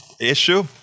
issue